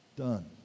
done